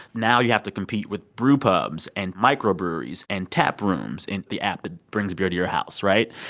now you have to compete with brewpubs and microbreweries and tap rooms and the app that brings beer to your house, right?